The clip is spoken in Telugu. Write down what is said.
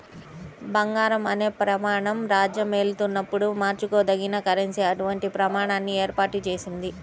బంగారం అనే ప్రమాణం రాజ్యమేలుతున్నప్పుడు మార్చుకోదగిన కరెన్సీ అటువంటి ప్రమాణాన్ని ఏర్పాటు చేసింది